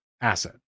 asset